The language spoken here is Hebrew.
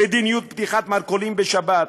מדיניות פתיחת מרכולים בשבת,